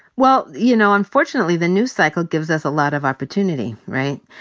well, you know, unfortunately the news cycle gives us a lot of opportunity, right?